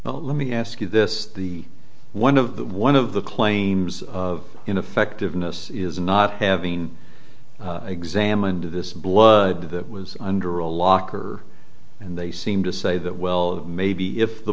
well let me ask you this the one of the one of the claims of ineffectiveness is not having examined this blood that was under a locker and they seem to say that well maybe if the